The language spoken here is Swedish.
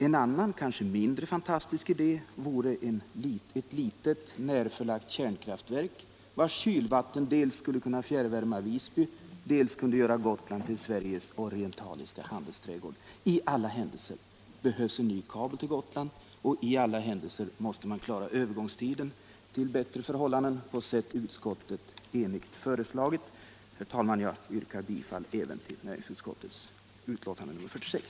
En annan, kanske mindre fantastisk idé, vore ett litet, närförlagt kärnkraftverk, vars kylvatten dels skulle kunna fjärrvärma Visby, dels kunna göra Gotland till Sveriges orientaliska handelsträdgård. I alla händelser behövs en ny kabel till Gotland och i alla händelser måste man klara övergångstiden till bättre förhållanden på sätt utskottet enigt föreslagit. Herr talman! Jag yrkar även bifall till näringsutskottets betänkande nr 46.